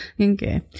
Okay